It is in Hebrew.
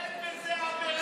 אין בזה עבירה, נהפוך הוא.